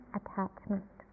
attachment